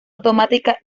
automática